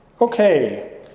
Okay